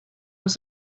was